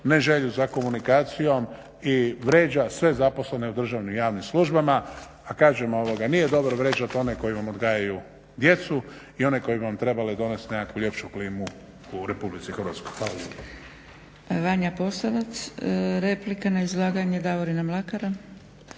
ne želju za komunikacijom i vrijeđa sve zaposlene u državnim i javnim službama, a kažem, nije dobro vrijeđat one koji vam odgajaju djecu i one koji bi vam trebali donositi nekakvu ljepšu klimu u RH. Hvala